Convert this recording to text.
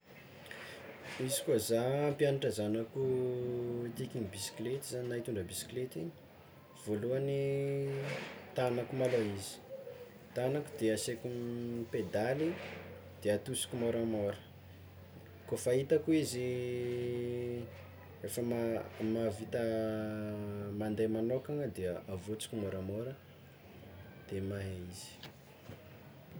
Izy koa za hampianatra zanako hitikiny bisiklety zany na hitondra bisiklety igny, voalohany tagnako malôha izy tagnako de asaiko mipedaly de atosiko môramôra, kôfa hitako izy efa ma- mahavita mande magnôkana de avotsiko môramôra de mahay izy.